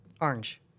Orange